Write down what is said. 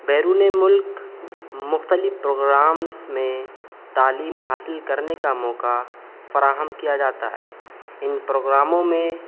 بیرونِ ملک مختلف پروگرامس میں تعلیم حاصل کرنے کا موقع فراہم کیا جاتا ہے ان پروگراموں میں